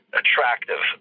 attractive